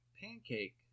pancake